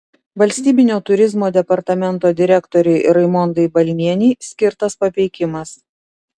valstybinio turizmo departamento direktorei raimondai balnienei skirtas papeikimas